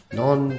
non